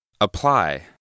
Apply